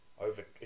over